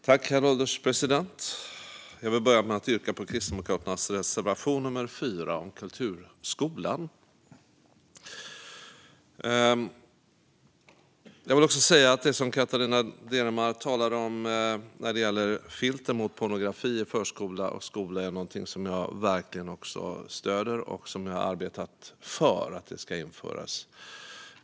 Herr ålderspresident! Jag vill börja med att yrka bifall till Kristdemokraternas reservation nummer 4 om kulturskolan. Jag vill också säga att det som Catarina Deremar talade om när det gäller filter mot pornografi i förskola och skola är någonting som jag verkligen också stöder och som jag har arbetat för att det ska införas.